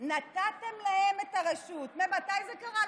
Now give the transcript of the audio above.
נתתם להם את הרשות, מתי זה קרה?